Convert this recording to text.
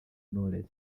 knowles